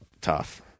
tough